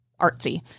artsy